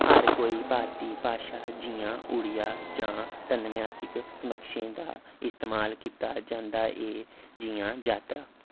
हर कोई भारती भाशां जि'यां उड़िया च ध्वन्यात्मक समकक्षें दा इस्तमाल कीता जांदा ऐ जि'यां यात्रा